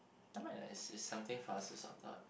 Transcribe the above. nevermind lah it's it's something fast is your thought